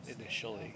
initially